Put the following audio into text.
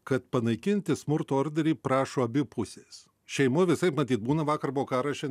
kad panaikinti smurto orderį prašo abi pusės šeimoj visaip matyt būna vakar buvo karas šian